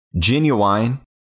Genuine